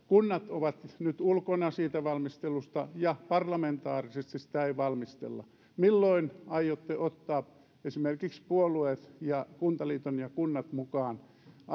kunnat ovat nyt ulkona siitä valmistelusta ja parlamentaarisesti sitä ei valmistella milloin aiotte ottaa esimerkiksi puolueet ja kuntaliiton ja kunnat mukaan